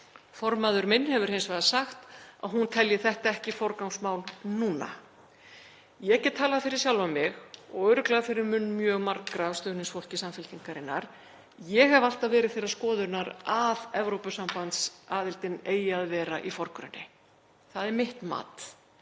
Formaður minn hefur hins vegar sagt að hún telji þetta ekki forgangsmál núna. Ég get talað fyrir sjálfa mig og örugglega fyrir munn mjög margra af stuðningsfólki Samfylkingarinnar. Ég hef alltaf verið þeirrar skoðunar að Evrópusambandsaðildin eigi að vera í forgrunni. Það er mitt mat